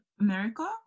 America